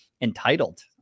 entitled